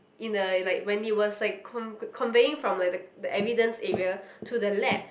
in the like when he was like conv~ conveying from like the the evidence area to the lab